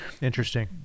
interesting